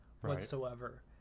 whatsoever